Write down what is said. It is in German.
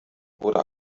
oder